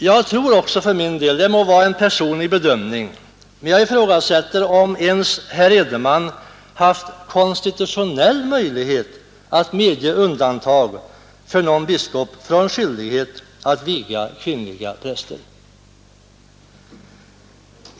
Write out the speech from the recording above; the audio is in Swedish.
Jag ifrågasätter för min del — det må vara en personlig bedömning — om herr Edenman ens haft konstitutionella möjligheter att medge undantag för någon biskop från skyldighet att viga kvinnliga präster.